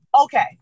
Okay